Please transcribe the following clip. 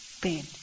pain